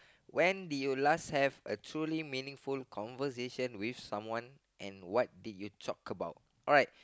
when did you last have a truly meaningful conversation with someone and what did you talk about